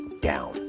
down